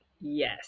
Yes